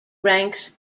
ranks